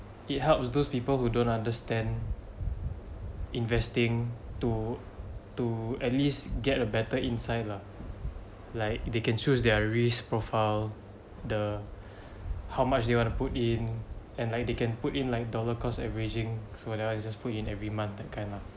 it helps those people who don't understand investing to to at least get a better insight lah like they can choose their risk profile the how much you want to put in and like they can put in like dollar cost averaging so whenever you just put in every month that kind lah